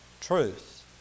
Truth